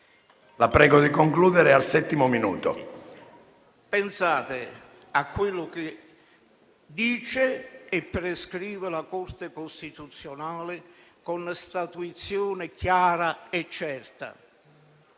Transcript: La prego di concludere, è al settimo minuto. CASTIELLO *(M5S)*. Pensate a quello che dice e prescrive la Corte costituzionale, con statuizione chiara e certa: